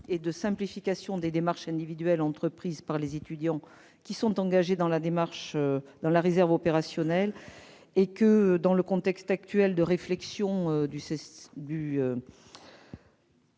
et à simplifier les démarches individuelles entreprises par les étudiants qui sont engagés dans la réserve opérationnelle. Par ailleurs, dans le contexte actuel de réflexion sur